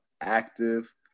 active